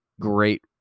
great